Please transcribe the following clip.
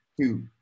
two